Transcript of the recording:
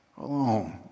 alone